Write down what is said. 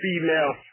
female